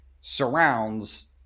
surrounds